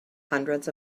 hundreds